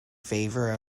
favor